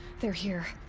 they're here!